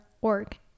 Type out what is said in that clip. org